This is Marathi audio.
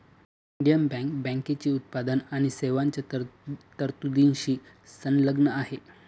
इंडियन बँक बँकेची उत्पादन आणि सेवांच्या तरतुदींशी संलग्न आहे